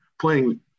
playing –